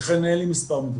אין לי מספר מדויק.